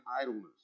idleness